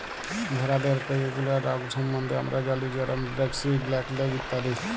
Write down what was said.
ভেরাদের কয়ে গুলা রগ সম্বন্ধে হামরা জালি যেরম ব্র্যাক্সি, ব্ল্যাক লেগ ইত্যাদি